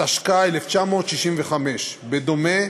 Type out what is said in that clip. התשכ"ה 1965. בדומה,